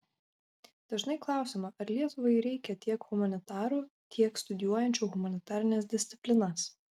dažnai klausiama ar lietuvai reikia tiek humanitarų tiek studijuojančių humanitarines disciplinas